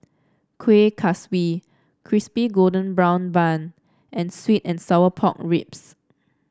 Kueh Kaswi Crispy Golden Brown Bun and sweet and Sour Pork Ribs